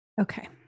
Okay